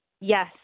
Yes